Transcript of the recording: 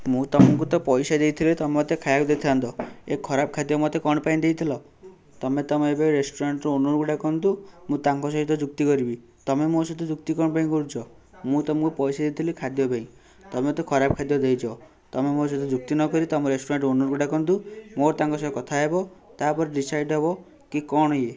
ମୁଁ ତୁମକୁ ତ ପଇସା ଦେଇଥିଲି ତୁମେ ମୋତେ ଖାଇବାକୁ ଦେଇଥାଆନ୍ତ ଏ ଖରାପ ଖାଦ୍ୟ ମୋତେ କ'ଣ ପାଇଁ ଦେଇଥିଲ ତୁମେ ତୁମ ଏବେ ରେଷ୍ଟୁରାଣ୍ଟର ଓନରଙ୍କୁ ଡାକନ୍ତୁ ମୁଁ ତାଙ୍କ ସହିତ ଯୁକ୍ତି କରିବି ତୁମେ ମୋ ସହିତ ଯୁକ୍ତି କ'ଣ ପାଇଁ କରୁଛ ମୁଁ ତୁମକୁ ପଇସା ଦେଇଥିଲି ଖାଦ୍ୟ ପାଇଁ ତୁମେ ମୋତେ ଖରାପ ଖାଦ୍ୟ ଦେଇଛ ତୁମେ ମୋ ସହିତ ଯୁକ୍ତି ନ କରି ତୁମ ରେଷ୍ଟୁରାଣ୍ଟର ଓନରଙ୍କୁ ଡାକନ୍ତୁ ମୋର ତାଙ୍କ ସହ କଥା ହେବ ତା'ପରେ ଡିସାଇଡ଼ ହେବ କି କ'ଣ ଇଏ